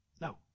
No